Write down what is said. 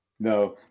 No